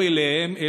לא אליהם,